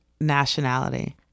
nationality